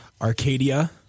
Arcadia